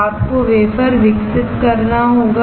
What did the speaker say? अब आपको वेफर विकसित करना होगा